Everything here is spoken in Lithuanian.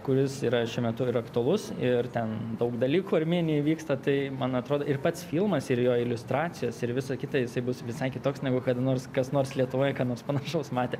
kuris yra šiuo metu ir aktualus ir ten daug dalykų armėnijoje vyksta tai man atrodo ir pats filmas ir jo iliustracijos ir visa kita jisai bus visai kitoks negu kada nors kas nors lietuvoj ką nors panašaus matė